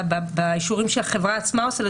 באישורים שהחברה עצמה עושה,